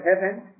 heaven